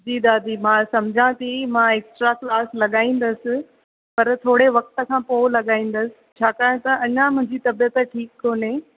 जी दादी मां सम्झां थी मां एक्स्ट्रा क्लास लॻाईंदसि पर थोरे वक़्त खां पोइ लॻाईंदसि छाकाणि त अञां मुंहिंजी तबियत ठीक कोन्हे